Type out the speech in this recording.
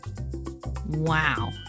Wow